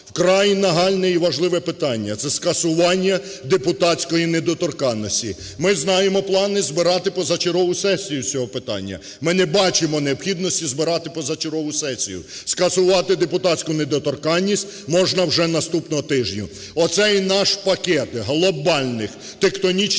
Вкрай нагальне і важливе питання – це скасування депутатської недоторканності. Ми знаємо плани збирати позачергову сесію з цього питання, ми не бачимо необхідності збирати позачергову сесію. Скасувати депутатську недоторканність можна вже наступного тижня. Оцей наш пакет глобальних, тектонічних